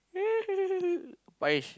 Parish